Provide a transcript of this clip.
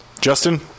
Justin